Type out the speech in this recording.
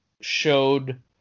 showed